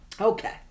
Okay